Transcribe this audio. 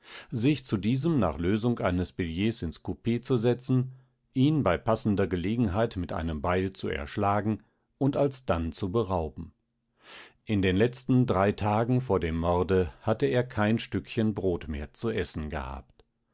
sich zu diesem nach lösung eines billetts ins kupee zu setzen ihn bei passender gelegenheit mit einem beil zu erschlagen und alsdann zu berauben in den letzten drei tagen vor dem morde hatte er kein stückchen brot mehr zu essen gehabt